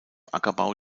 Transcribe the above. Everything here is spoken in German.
ackerbau